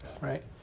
Right